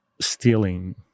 stealing